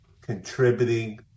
contributing